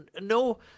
no